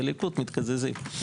בליכוד מתקזזים.